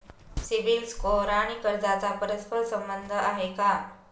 CIBIL score आणि कर्जाचा परस्पर संबंध आहे का?